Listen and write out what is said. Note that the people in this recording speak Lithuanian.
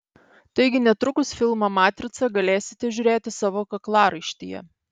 taigi netrukus filmą matrica galėsite žiūrėti savo kaklaraištyje